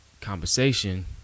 conversation